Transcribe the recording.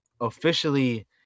officially